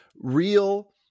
real –